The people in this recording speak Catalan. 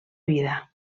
vida